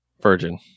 Virgin